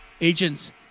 Agents